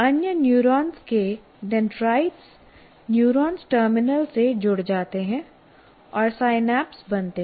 अन्य न्यूरॉन्स के dendrites neuron terminal से जुड़ जाते हैं और सिनैप्स बनते हैं